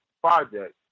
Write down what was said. project